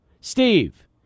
Steve